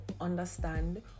understand